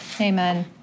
Amen